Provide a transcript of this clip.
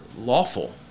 lawful